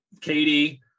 Katie